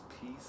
Peace